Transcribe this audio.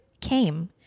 came